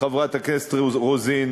חברת הכנסת רוזין.